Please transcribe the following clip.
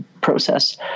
process